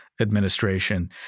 administration